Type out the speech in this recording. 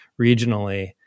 regionally